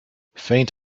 faint